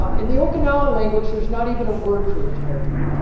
ah in the okinawan language there is not even a word for retirement.